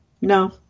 No